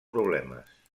problemes